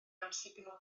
amsugno